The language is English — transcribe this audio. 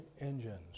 engines